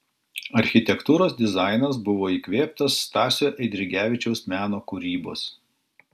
architektūros dizainas buvo įkvėptas stasio eidrigevičiaus meno kūrybos